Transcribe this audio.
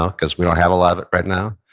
ah cause we don't have a lot of it right now.